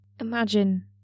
Imagine